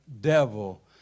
devil